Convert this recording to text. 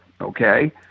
Okay